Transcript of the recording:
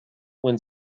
when